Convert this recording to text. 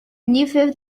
nephew